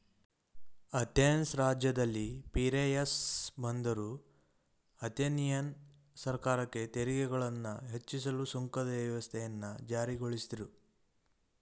Athens ರಾಜ್ಯದಲ್ಲಿ Piraeus ಬಂದರು Athenian ಸರ್ಕಾರಕ್ಕೆ ತೆರಿಗೆಗಳನ್ನ ಹೆಚ್ಚಿಸಲು ಸುಂಕದ ವ್ಯವಸ್ಥೆಯನ್ನ ಜಾರಿಗೊಳಿಸಿದ್ರು